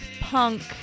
punk